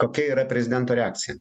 kokia yra prezidento reakcija